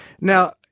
Now